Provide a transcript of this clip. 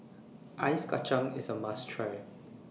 Ice Kacang IS A must Try